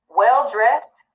well-dressed